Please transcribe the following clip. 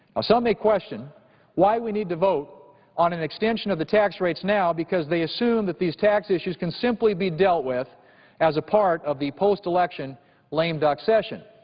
so may question why we need to vote on an extension of the tax rates now because they assume that these tax issues can simply be dealt with as a part of the postelection lame-duck session.